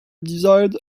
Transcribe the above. desired